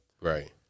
Right